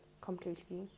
completely